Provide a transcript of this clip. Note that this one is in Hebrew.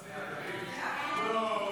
סעיפים 1